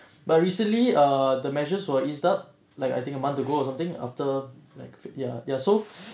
but recently ah the measures were ease up like I think a month ago or something after like ya ya so